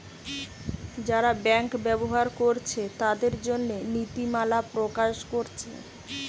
যারা ব্যাংক ব্যবহার কোরছে তাদের জন্যে নীতিমালা প্রকাশ কোরছে